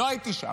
לא הייתי שם.